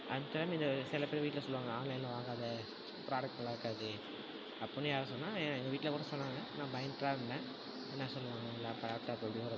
அதை தாண்டி இந்த சில பேர் வீட்டில் சொல்வாங்க ஆன்லைனில் வாங்காத ப்ராடக்ட் நல்லா இருக்காது அப்படின்னு யாரும் சொன்னால் எங்கள் வீட்டில் கூட சொன்னாங்க நான் பயந்துகிட்டு தான் இருந்தேன் என்ன சொல்லுவாங்களோ லேப்டாப் எப்படி வரப்போதுன்னு